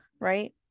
right